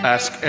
Ask